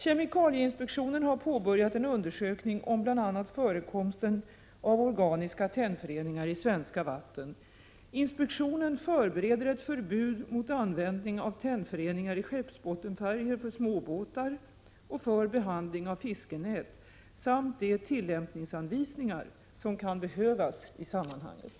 Kemikalieinspektionen har påbörjat en undersökning om bl.a. förekomsten av organiska tennföreningar i svenska vatten. Inspektionen förbereder ett förbud mot användning av tennföreningar i skeppsbottenfärger för småbåtar och för behandling av fiskenät samt de tillämpningsanvisningar som kan behövas i sammanhanget.